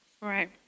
Right